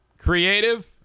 Creative